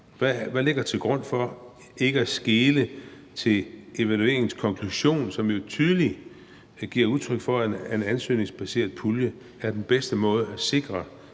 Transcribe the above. Hvad ligger til grund for ikke at skele til evalueringens konklusion, som jo tydeligt giver udtryk for, at en ansøgningsbaseret pulje er den bedste måde at sikre